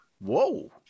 Whoa